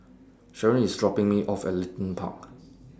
Sheron IS dropping Me off At Leedon Park